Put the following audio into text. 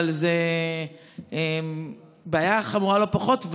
אבל זו בעיה חמורה לא פחות,